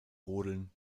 rodeln